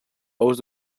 ous